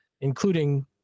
including